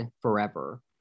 forever